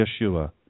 Yeshua